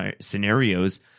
scenarios